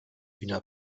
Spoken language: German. wiener